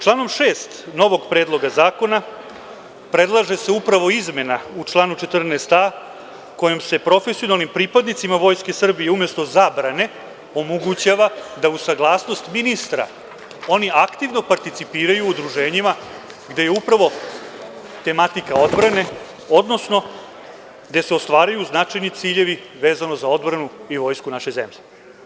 Članom 6. novog zakona predlaže se upravo izmena u članu 14a kojom se profesionalnim pripadnicima Vojske Srbije, umesto zabrane, omogućava da, uz saglasnost ministra, oni aktivno participiraju u udruženjima gde je upravo tematika odbrane, odnosno gde se ostvaruju značajni ciljevi vezano za odbranu i vojsku naše zemlje.